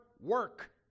work